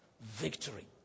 victory